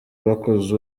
bakoze